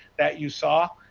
that you saw.